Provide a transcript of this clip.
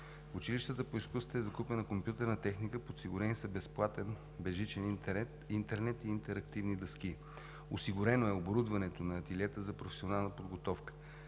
училищата по изкуства е закупена компютърна техника, подсигурени са безплатен безжичен интернет и интерактивни дъски. Осигурено е оборудването на ателиета за професионална подготовка